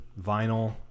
Vinyl